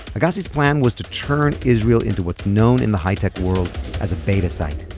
agassi's plan was to turn israel into what's known in the hi-tech world as a beta site.